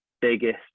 biggest